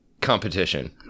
competition